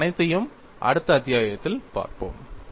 இவை அனைத்தையும் அடுத்த அத்தியாயத்தில் பார்ப்போம்